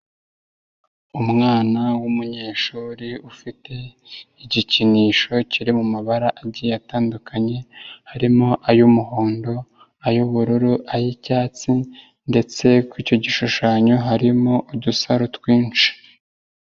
Umwana w'umunyeshuri ufite igikinisho kiri mu mabara agiye atandukanye harimo ay'umuhondo, ay'ubururu, ay'icyatsi ndetse kuri icyo gishushanyo harimo udusaro twinshi.